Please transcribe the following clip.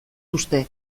uste